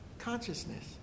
consciousness